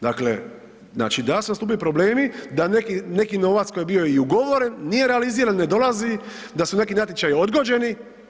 Dakle, znači da li su nastupili problemi da neki novac koji je bi i ugovoren nije realiziran, ne dolazi, da su neki natječaji odgođeni.